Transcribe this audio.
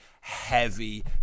heavy